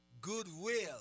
goodwill